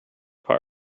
parts